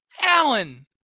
Alan